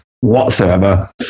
whatsoever